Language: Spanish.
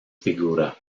figura